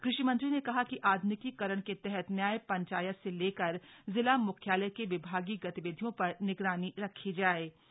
कृषि मंत्री ने कहा कि आध्निकीकरण के तहत न्याय पंचायत से लेकर जिला मुख्यालय के विभागीय गतिविधियों पर निगरानी रखी जायेगी